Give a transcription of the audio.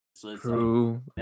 True